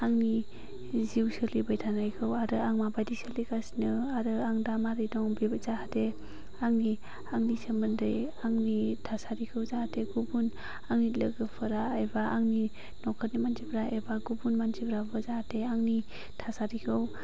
आंनि जिउ सोलिबाय थानायखौ आरो आं माबायदि सोलिगासिनो आरो आं दा मारै दं बेबो जाहाथे आंनि आंनि सोमोन्दै आंनि थासारिखौ जाहाथे गुबुन आंनि लोगोफोरा एबा आंनि नखरनि मानसिफ्रा एबा गुबुन मानसिफोराबो जाहाथे आंनि थासारिखौ